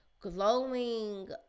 glowing